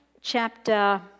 chapter